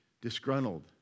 disgruntled